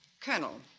Colonel